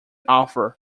author